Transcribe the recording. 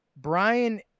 Brian